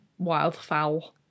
wildfowl